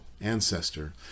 ancestor